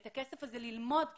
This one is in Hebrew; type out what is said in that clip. את הכסף הזה כדי ללמוד ולהתפתח,